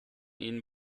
ihnen